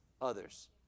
others